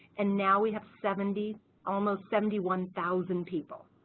and now we have seventy almost seventy one thousand people.